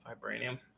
Vibranium